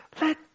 Let